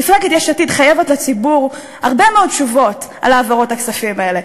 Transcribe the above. מפלגת יש עתיד חייבת לציבור הרבה מאוד תשובות על העברות הכספים האלה.